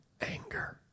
anger